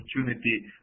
opportunity